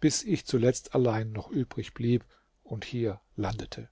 bis ich zuletzt allein noch übrig blieb und hier landete